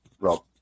Rob